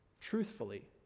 truthfully